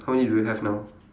how many do you have now